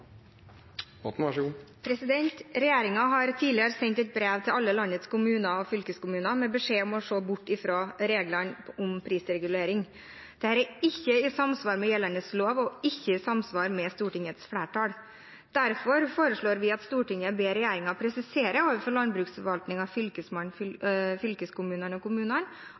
har tidligere sendt et brev til alle landets kommuner og fylkeskommuner med beskjed om å se bort fra reglene om prisregulering. Dette er ikke i samsvar med gjeldende lov og ikke i samsvar med synet til Stortingets flertall. Derfor foreslår vi at Stortinget ber regjeringen presisere overfor landbruksforvaltningen, Fylkesmannen, fylkeskommunene og kommunene